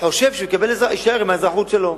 חושב שהוא יישאר עם האזרחות שלו.